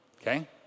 okay